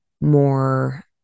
more